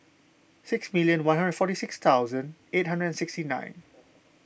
six million one hundred forty six thousand eight hundred and sixty nine